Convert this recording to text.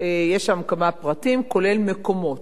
יש שם כמה פרטים, כולל מקומות.